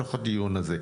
מתוך הדיון הזה.